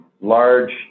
large